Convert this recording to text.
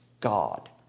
God